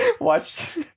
Watch